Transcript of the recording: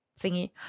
thingy